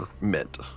mint